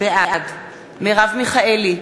בעד מרב מיכאלי,